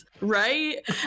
right